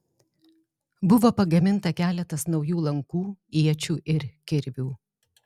buvo pagaminta keletas naujų lankų iečių ir kirvių